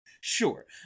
Sure